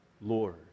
Lord